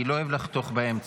אני לא אוהב לחתוך באמצע.